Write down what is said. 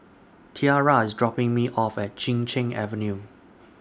Tiara IS dropping Me off At Chin Cheng Avenue